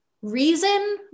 reason